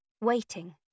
waiting